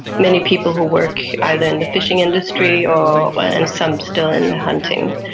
many people who work either in the fishing industry or and some still in hunting,